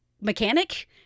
mechanic